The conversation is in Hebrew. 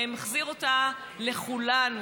מחזיר אותה לכולנו,